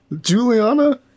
Juliana